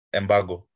embargo